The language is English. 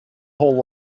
whole